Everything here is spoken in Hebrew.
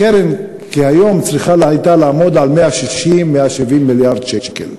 הקרן הייתה צריכה היום לעמוד על 170-160 מיליארד שקל,